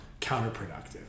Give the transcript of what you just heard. counterproductive